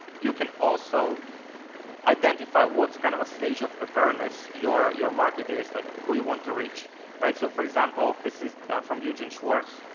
you can also identify what kind of a stage of awareness your your market is, like who you want to reach right. so for example, this is from eugene schwartz,